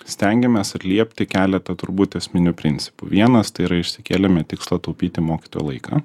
stengiamės atliepti keletą turbūt esminių principų vienas tai yra išsikėlėme tikslą taupyti mokytojo laiką